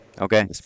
Okay